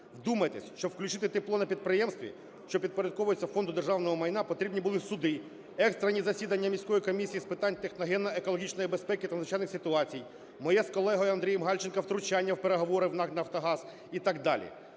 Вдумайтесь, щоб включити тепло на підприємстві, що підпорядковується Фонду державного майна, потрібні були суди, екстрені засідання міської Комісії з питань техногенно-екологічної безпеки та надзвичайних ситуацій, моє з колегою АндріємГальченком втручання в переговори з НАК "Нафтогаз" і так далі.